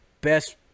best